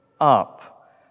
up